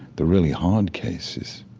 the really hard cases,